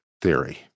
theory